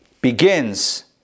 begins